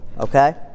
okay